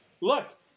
look